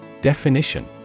Definition